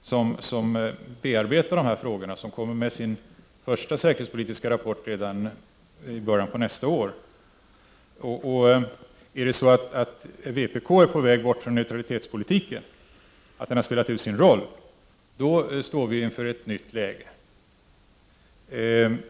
som bearbetar dessa frågor och kommer med sin första säkerhetspolitiska rapport redan i början av nästa år. Är vpk på väg bort från neutralitetspolitiken och menar att den har spelat ut sin roll, så står vi inför ett nytt läge.